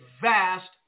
vast